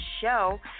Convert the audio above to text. show